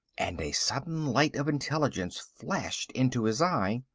and a sudden light of intelligence flashed into his eye.